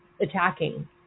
attacking